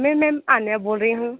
ma'am मैं आन्या बोल रही हूँ